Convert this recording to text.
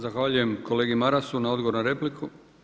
Zahvaljujem kolegi Marasu na odgovoru na repliku.